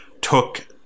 took